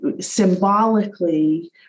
symbolically